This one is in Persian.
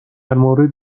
مورد